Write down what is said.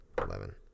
eleven